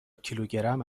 کیلوگرم